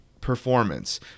performance